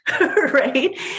Right